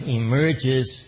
emerges